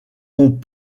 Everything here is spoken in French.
ont